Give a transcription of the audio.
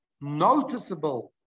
noticeable